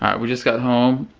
we just got home.